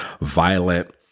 violent